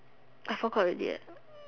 I forgot already